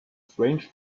strange